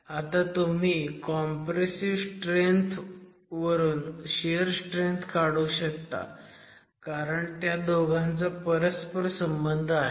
आता तुम्ही compressive strength वरून शियर स्ट्रेंथ काढू शकता कारण त्या दोघांचा परस्परसंबंध आहे